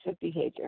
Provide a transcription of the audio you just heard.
behavior